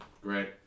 Great